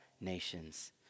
nations